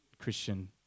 Christian